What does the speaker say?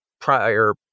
prior